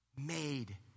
made